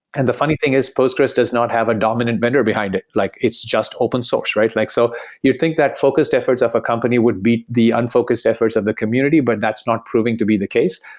and the funny thing is postgres does not have a dominant vendor behind it, like it's just open source. like so you think that focused efforts of a company would be the unfocused efforts of the community, but that's not proving to be the case.